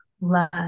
love